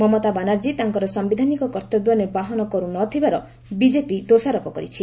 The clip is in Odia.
ମମତା ବାନାର୍ଜୀ ତାଙ୍କର ସାୟିଧାନିକ କର୍ତ୍ତବ୍ୟ ନିର୍ବାହନ କରୁ ନ ଥିବାର ବିକେପି ଦୋଷାରୋପ କରିଛି